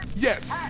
Yes